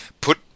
put